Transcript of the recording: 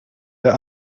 der